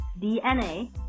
DNA